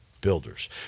Builders